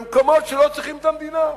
במקומות שלא צריכים את המדינה.